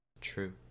true